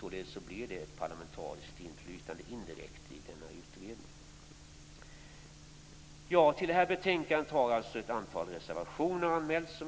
Således blir det ett indirekt parlamentariskt inflytande i utredningen. Till betänkandet har ett antal reservationer anmälts.